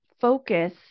focus